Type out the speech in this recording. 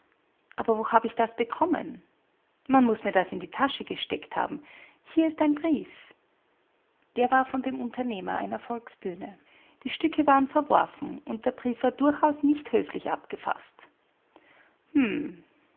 aber wo habe ich das bekommen man muß mir das in die tasche gesteckt haben hier ist ein brief der war von dem unternehmer einer volksbühne die stücke waren verworfen und der brief war durchaus nicht höflich abgefaßt